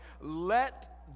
let